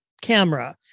camera